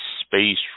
space